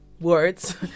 words